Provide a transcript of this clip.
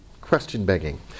question-begging